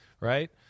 right